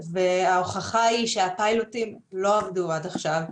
ההוכחה היא שהפיילוטים לא עבדו עד עכשיו,